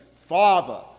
father